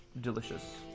delicious